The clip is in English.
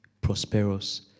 prosperous